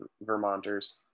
Vermonters